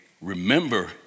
remember